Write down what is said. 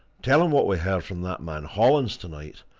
tell him what we heard from that man hollins tonight,